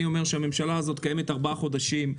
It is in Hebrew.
אני אומר שהממשלה הזאת קיימת ארבעה חודשים.